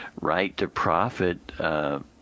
right-to-profit